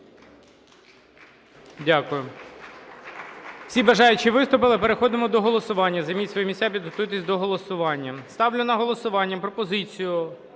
Дякую.